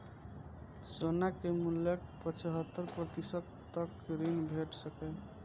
सोना के मूल्यक पचहत्तर प्रतिशत तक ऋण भेट सकैए